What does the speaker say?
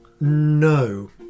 No